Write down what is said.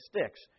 sticks